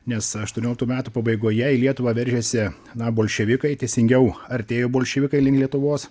nes aštuonioliktų metų pabaigoje į lietuvą veržėsi na bolševikai teisingiau artėjo bolševikai link lietuvos